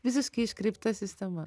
visiškai iškreipta sistema